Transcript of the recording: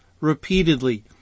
repeatedly